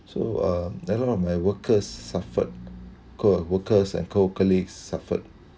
so um that one of my workers suffered co-workers and co-colleagues suffered